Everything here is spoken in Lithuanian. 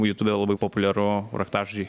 jutubėj labai populiaru raktažodžiai